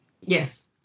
Yes